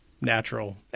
natural